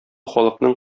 халыкның